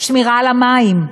שמירה על המים,